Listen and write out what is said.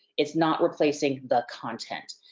it's not replacing the content.